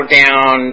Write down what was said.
down